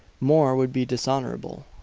more would be dishonorable.